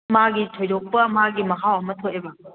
ꯃꯥꯒꯤ ꯊꯣꯏꯗꯣꯛꯄ ꯃꯥꯒꯤ ꯃꯍꯥꯎ ꯑꯃ ꯊꯣꯛꯑꯦꯕ